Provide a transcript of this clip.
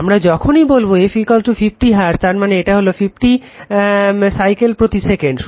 আমারা যখনই বলবো f 50 Hz তার মানে এটা হলো 50 সাইকেল প্রতি সেকেন্ডে